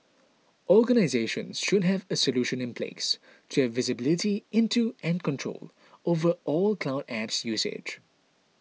organisations should have a solution in place to have visibility into and control over all cloud apps usage